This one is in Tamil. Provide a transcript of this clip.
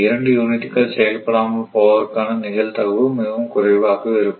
2 யூனிட்டுகள் செயல்படாமல் போவதற்கான நிகழ்தகவு மிகவும் குறைவாகவே இருக்கும்